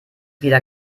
wieder